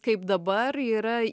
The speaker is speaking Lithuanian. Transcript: kaip dabar yra